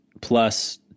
plus